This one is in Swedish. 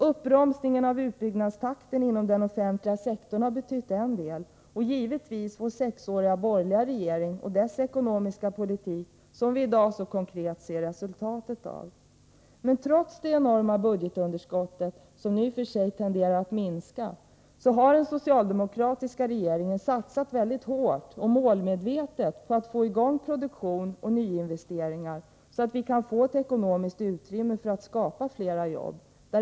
Uppbromsningen av utbyggnadstakten inom den offentliga sektorn har betytt en del och givetvis vår borgerliga regering — under sex år — och dess ekonomiska politik, som vi i dag ser konkreta resultat av. Men trots det enorma budgetunderskottet, som dock nu i och för sig tenderar att minska, har den socialdemokratiska regeringen satsat mycket hårt och målmedvetet på att få i gång produktion och nyinvesteringar, så att vi kan få ett ekonomiskt utrymme för att skapa fler jobb.